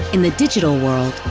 in the digital world,